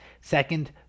Second